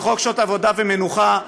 חוק שעות עבודה ומנוחה,